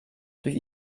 durch